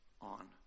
on